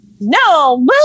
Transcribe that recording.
no